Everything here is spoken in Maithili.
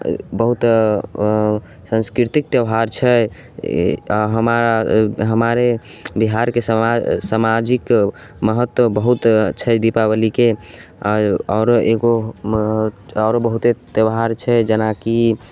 बहुत सांस्कृतिक त्यौहार छै ई हमार हमरे बिहारके समाज समाजिक महत्व बहुत छै दीपावलीके आ आओरो एगो आओरो बहुते त्यौहार छै जेनाकि